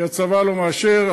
כי הצבא לא מאשר,